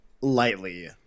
lightly